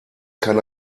kann